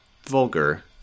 Vulgar